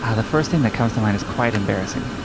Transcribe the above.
ah the first thing that comes to mind is quite embarrassing.